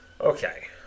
Okay